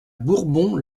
bourbon